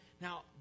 Now